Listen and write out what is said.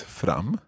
fram